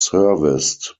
serviced